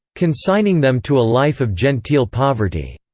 consigning them to a life of genteel poverty.